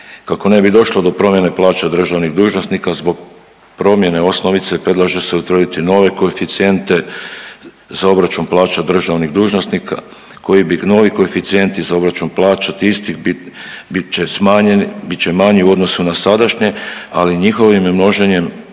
Kako ne bi došlo do promjene plaća državnih dužnosnika zbog promjene osnovice predlaže se utvrditi nove koeficijente za obračun plaća državnih dužnosnika koji bi novi koeficijenti za obračun plaća te isti biti će smanjeni, bit će manji u odnosu na sadašnje, ali njihovim množenjem